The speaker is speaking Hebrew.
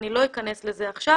אני לא אכנס לזה עכשיו,